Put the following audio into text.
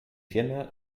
firma